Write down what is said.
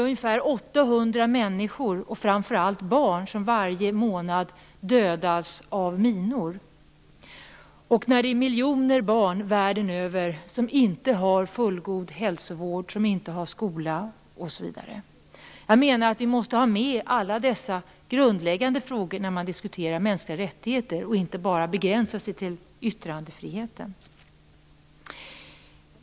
Ungefär 800 människor, framför allt barn, dödas varje månad av minor. Miljoner barn världen över har inte fullgod hälsovård, skola osv. Jag menar att vi måste ha med alla dessa grundläggande frågor när vi diskuterar mänskliga rättigheter. Vi kan inte bara begränsa oss till yttrandefriheten.